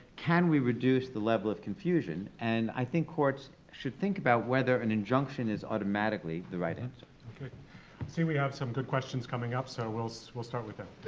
can we reduce the level of confusion? and, i think courts should think about whether an injunction is automatically the right answer. i see we have some good questions coming up so we'll so we'll start with them.